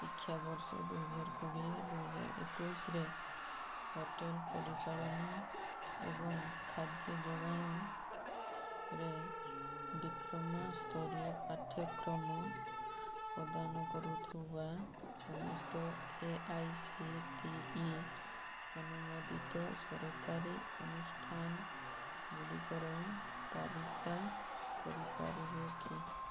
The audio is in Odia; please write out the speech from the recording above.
ଶିକ୍ଷାବର୍ଷ ଦୁଇ ହଜାର କୋଡ଼ିଏ ଦୁଇ ହଜାର ଏକୋଇଶିରେ ହୋଟେଲ୍ ପରିଚାଳନା ଏବଂ ଖାଦ୍ୟ ଯୋଗାଣରେ ଡ଼ିପ୍ଲୋମା ସ୍ତରୀୟ ପାଠ୍ୟକ୍ରମ ପ୍ରଦାନ କରୁଥିବା ସମସ୍ତ A I C T E ଅନୁମୋଦିତ ସରକାରୀ ଅନୁଷ୍ଠାନଗୁଡ଼ିକର ତାଲିକା କରିପାରିବ କି